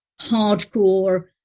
hardcore